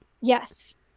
Yes